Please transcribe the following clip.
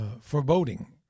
foreboding